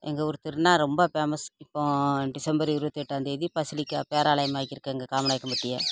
எங்கள் ஊர் திருநாள் ரொம்ப ஃபேமஸு இப்போ டிசம்பர் இருபத்தி எட்டாம்தேதி பசிலிக்க பேராலயமாக ஆக்கிருக்காங்க காமநாயக்கன்பட்டியை